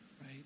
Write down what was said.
right